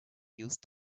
used